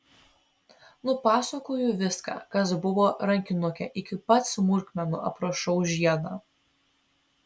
nupasakoju viską kas buvo rankinuke iki pat smulkmenų aprašau žiedą